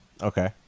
okay